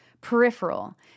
peripheral